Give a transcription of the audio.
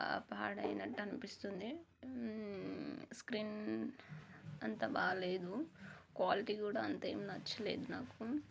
పాడైనట్టు అనిపిస్తుంది స్క్రీన్ అంత బాలేదు క్వాలిటీ కూడా అంతేం నచ్చలేదు నాకు